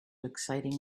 exciting